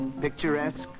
picturesque